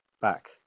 back